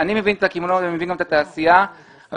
אני מבין את הקמעונאים ומבין גם את התעשייה אבל